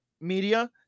media